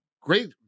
great